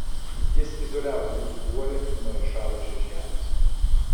jis izoliavo mūsų guolį nuo įšalusios žemės